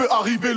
Arriver